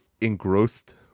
engrossed